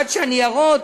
עד שהניירות,